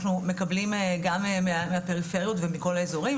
אנחנו מקבלים גם מהפריפריות ומכל האזורים.